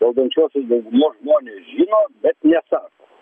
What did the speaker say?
valdančiosios daugumos žmonės žino bet nesako